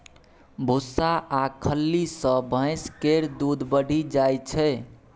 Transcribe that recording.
भुस्सा आ खल्ली सँ भैंस केर दूध बढ़ि जाइ छै